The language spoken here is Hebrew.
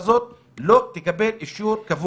בבקשה, נציג משרד ראש הממשלה.